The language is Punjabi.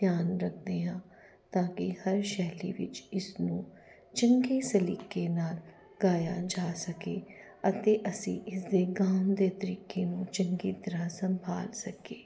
ਧਿਆਨ ਰੱਖਦੇ ਹਾਂ ਤਾਂ ਕਿ ਹਰ ਸ਼ੈਲੀ ਵਿੱਚ ਇਸਨੂੰ ਚੰਗੇ ਸਲੀਕੇ ਨਾਲ ਗਾਇਆ ਜਾ ਸਕੇ ਅਤੇ ਅਸੀਂ ਇਸਦੇ ਗਾਉਣ ਦੇ ਤਰੀਕੇ ਨੂੰ ਚੰਗੀ ਤਰ੍ਹਾਂ ਸੰਭਾਲ ਸਕੀਏ